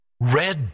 Red